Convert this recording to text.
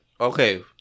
okay